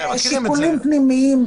זה שיקולים פנימיים.